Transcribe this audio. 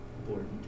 Important